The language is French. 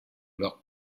leurs